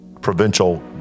provincial